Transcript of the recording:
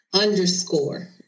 underscore